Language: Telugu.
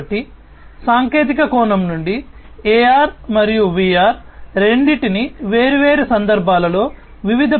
కాబట్టి సాంకేతిక కోణం ముఖ్యమైనవి